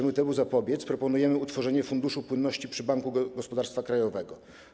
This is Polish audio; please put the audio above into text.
Aby temu zapobiec, proponujemy utworzenie Funduszu Płynności przy Banku Gospodarstwa Krajowego.